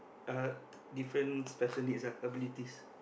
uh different special needs ah abilities